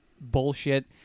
bullshit